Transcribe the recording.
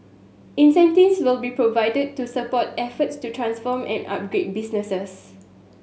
incentives will be provided to support efforts to transform and upgrade businesses